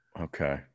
Okay